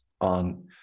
on